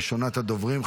ראשונת הדוברים,